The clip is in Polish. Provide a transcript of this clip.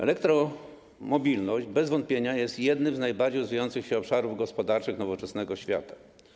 Elektromobilność bez wątpienia jest jednym z najbardziej rozwijających się obszarów gospodarczych nowoczesnego świata.